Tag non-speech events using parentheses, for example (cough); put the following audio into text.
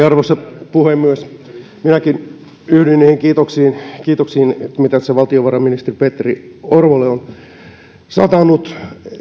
(unintelligible) arvoisa puhemies minäkin yhdyn niihin kiitoksiin kiitoksiin mitä tässä valtiovarainministeri petteri orvolle on satanut